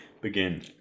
begin